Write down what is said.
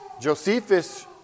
Josephus